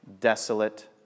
desolate